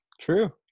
true